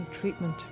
treatment